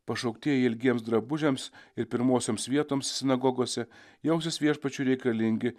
pašauktieji ilgiems drabužiams ir pirmosioms vietoms sinagogose jausis viešpačiui reikalingi